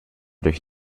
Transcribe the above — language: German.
durch